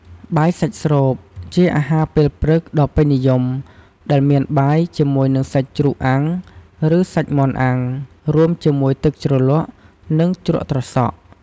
បាយសាច់ស្រូប ជាអាហារពេលព្រឹកដ៏ពេញនិយម ដែលមានបាយជាមួយនឹងសាច់ជ្រូកអាំង ឬ សាច់មាន់អាំង រួមជាមួយទឹកជ្រលក់ និងជ្រក់ត្រសក់។